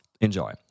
Enjoy